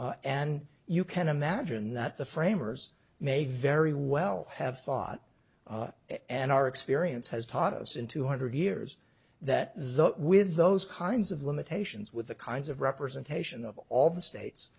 and you can imagine that the framers may very well have thought and our experience has taught us in two hundred years that the with those kinds of limitations with the kinds of representation of all the